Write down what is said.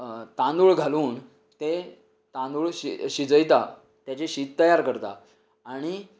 तांदूळ घालून ते तांदूळ शि शिजयतात तेचे शीत तयार करतात आनी